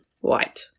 white